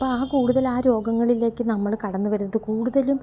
അപ്പോള് ആ കൂടുതലാ രോഗങ്ങളിലേക്ക് നമ്മള് കടന്നുവരുന്നത് കൂടുതലും